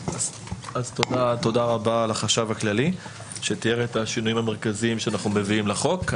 תודה רבה לחשב הכללי שתיאר את השינויים המרכזיים שאנחנו מביאים לחוק.